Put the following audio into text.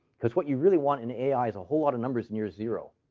because what you really want in ai is a whole lot of numbers near zero,